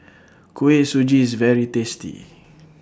Kuih Suji IS very tasty